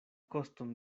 koston